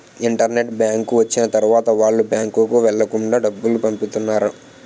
internet bank వచ్చిన తర్వాత వాళ్ళు బ్యాంకుకు వెళ్లకుండా డబ్బులు పంపిత్తన్నారు